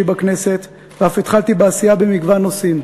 בכנסת ואף התחלתי בעשייה במגוון נושאים.